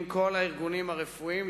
עם כל הארגונים הרפואיים,